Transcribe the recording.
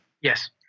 Yes